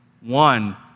one